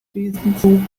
wesen